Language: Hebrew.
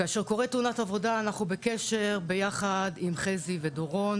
כאשר קורית תאונת עבודה אנחנו בקשר ביחד עם חזי ודורון